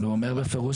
אבל, הוא אומר בפירוש.